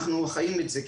אנחנו חיים את זה,